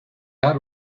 had